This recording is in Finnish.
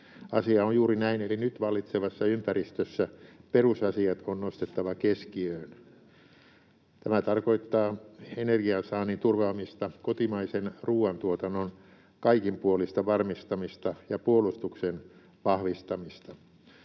Asia on juuri näin, eli nyt vallitsevassa ympäristössä perusasiat on nostettava keskiöön. Tämä tarkoittaa energiansaannin turvaamista, kotimaisen ruuantuotannon kaikinpuolista varmistamista ja puolustuksen vahvistamista.